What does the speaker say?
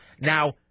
now